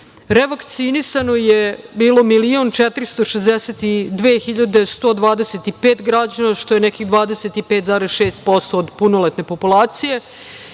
Revakcinisano je bilo 1.462.125 građana, što je nekih 25,6% od punoletne populacije.